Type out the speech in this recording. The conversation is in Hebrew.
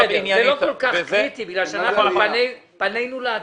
זה לא כל כך קריטי כי פנינו לעתיד.